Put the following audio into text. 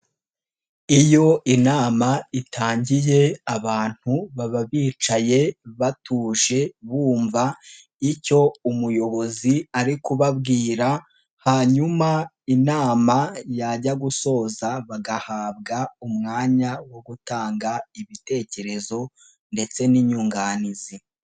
Iyo inama itangiye abantu baba bicaye batuje bumva, icyo umuyobozi ari kubabwira hanyuma inama yajya gusoza bagahabwa umwanya wo gutanga ibitekerezo ndetse n'inyunganizi.